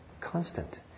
constant